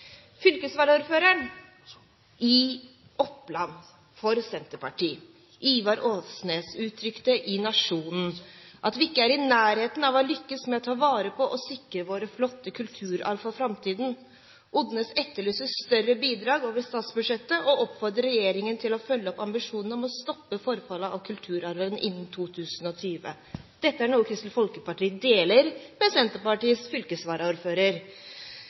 Fylkesvaraordføreren i Oppland, Ivar Odnes fra Senterpartiet, uttrykte i Nationen at vi ikke er i nærheten av å lykkes med å ta vare på og sikre vår flotte kulturarv for framtiden. Odnes etterlyser større bidrag over statsbudsjettet og oppfordrer regjeringen til å følge opp ambisjonen om å stoppe forfallet av kulturarven innen 2020. Dette er noe Kristelig Folkeparti deler med Senterpartiets fylkesvaraordfører.